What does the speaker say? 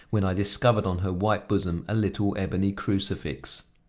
when i discovered on her white bosom a little ebony crucifix.